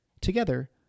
Together